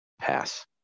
pass